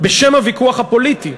בשם הוויכוח הפוליטי,